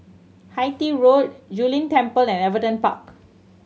Hythe Road Zu Lin Temple and Everton Park